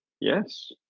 Yes